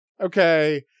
okay